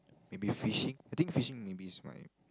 maybe fishing I think fishing maybe is my